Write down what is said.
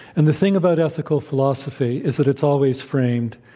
and the thing about ethical philosophy is that it's always framed,